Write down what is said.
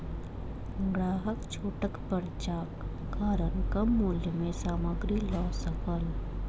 ग्राहक छूटक पर्चाक कारण कम मूल्य में सामग्री लअ सकल